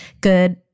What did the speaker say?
good